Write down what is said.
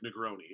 Negroni